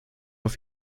auf